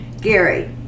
Gary